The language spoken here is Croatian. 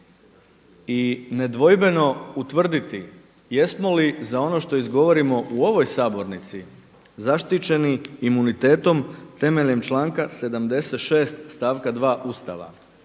i nedvojbeno utvrditi jesmo li za ono što izgovorimo u ovoj sabornici zaštićeni imunitetom temeljem članka 76. stavka 2. Ustava